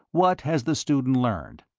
what has the student learned?